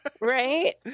Right